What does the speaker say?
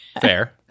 Fair